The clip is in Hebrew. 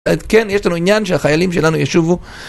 כן, יש לנו עניין שהחיילים שלנו יישובו...